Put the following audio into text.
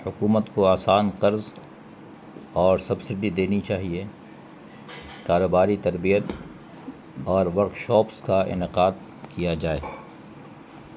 حکومت کو آسان قرض اور سبسڈی دینی چاہیے کاروباری تربیت اور ورکشاپس کا انعقاد کیا جائے